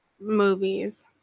movies